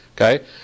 Okay